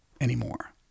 anymore